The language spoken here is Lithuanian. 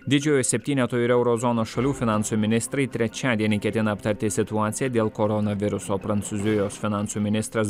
didžiojo septyneto ir euro zonos šalių finansų ministrai trečiadienį ketina aptarti situaciją dėl koronaviruso prancūzijos finansų ministras